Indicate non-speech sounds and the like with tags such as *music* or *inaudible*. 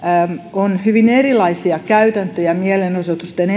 on hyvin erilaisia käytäntöjä mielenosoitusten *unintelligible*